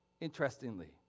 interestingly